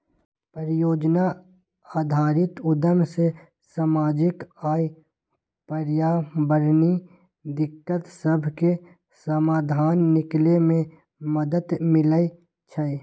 परिजोजना आधारित उद्यम से सामाजिक आऽ पर्यावरणीय दिक्कत सभके समाधान निकले में मदद मिलइ छइ